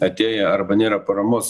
atėję arba nėra paramos